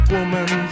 Woman